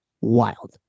Wild